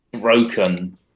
broken